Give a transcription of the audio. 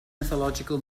mythological